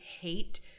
hate